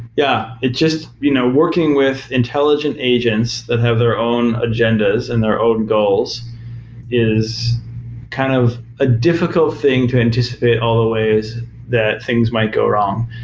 yeah. just you know working with intelligent agents that have their own agendas and their own goals is kind of a difficult thing to anticipate all the ways that things might go wrong,